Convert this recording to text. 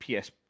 PS